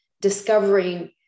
discovering